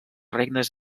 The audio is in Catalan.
regnes